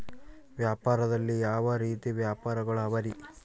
ವ್ಯಾಪಾರದಲ್ಲಿ ಯಾವ ರೇತಿ ವ್ಯಾಪಾರಗಳು ಅವರಿ?